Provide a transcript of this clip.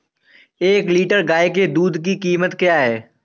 एक लीटर गाय के दूध की कीमत क्या है?